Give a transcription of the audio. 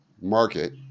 market